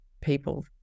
people